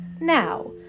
Now